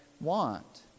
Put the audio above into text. want